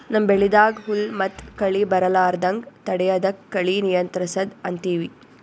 ನಮ್ಮ್ ಬೆಳಿದಾಗ್ ಹುಲ್ಲ್ ಮತ್ತ್ ಕಳಿ ಬರಲಾರದಂಗ್ ತಡಯದಕ್ಕ್ ಕಳಿ ನಿಯಂತ್ರಸದ್ ಅಂತೀವಿ